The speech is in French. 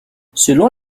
selon